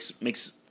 makes